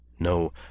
No